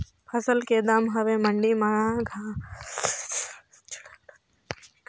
फसल के दम हवे मंडी मा घाट बढ़ा रथे ओला कोन बताही?